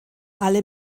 alle